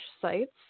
sites